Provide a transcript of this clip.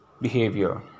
behavior